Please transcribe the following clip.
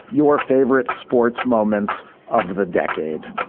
your favorite sports moments of the decade.